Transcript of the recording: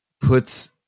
puts